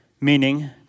Meaning